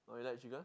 oh you like chicken